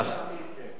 קמת בלילה?